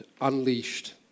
unleashed